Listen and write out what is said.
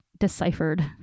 deciphered